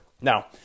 Now